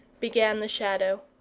began the shadow,